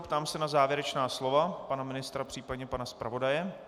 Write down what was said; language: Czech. Ptám se na závěrečná slova pana ministra, případně pana zpravodaje.